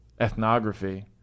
ethnography